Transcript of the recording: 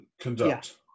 conduct